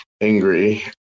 angry